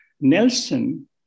Nelson